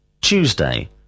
Tuesday